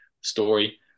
story